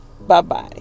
Bye-bye